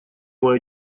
мой